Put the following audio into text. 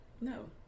No